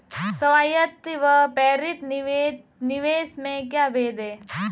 स्वायत्त व प्रेरित निवेश में क्या भेद है?